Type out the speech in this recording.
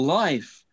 life